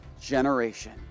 generation